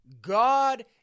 God